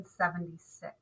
1976